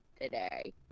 today